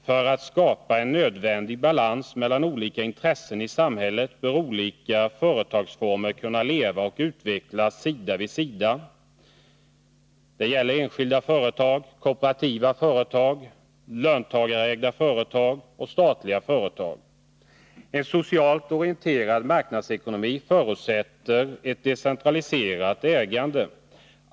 För att skapa en nödvändig balans mellan olika intressen i samhället bör många olika företagsformer kunna leva och utvecklas sida vid sida. Det gäller enskilda, kooperativa, löntagarägda och statliga företag. En socialt orienterad marknadsekonomi förutsätter ett decentraliserat ägande.